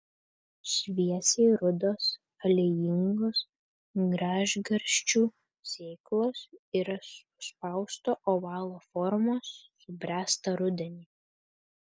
šviesiai rudos aliejingos gražgarsčių sėklos yra suspausto ovalo formos subręsta rudenį